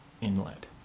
Inlet